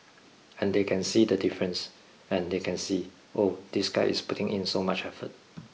and they can see the difference and they can see oh this guy is putting in so much effort